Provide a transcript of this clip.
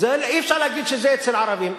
אי-אפשר להגיד שזה אצל ערבים.